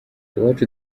iwacu